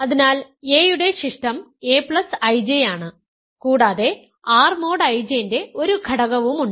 അതിനാൽ a യുടെ ശിഷ്ടം aIJ ആണ് കൂടാതെ R മോഡ് IJ ന്റെ ഒരു ഘടകവുമുണ്ട്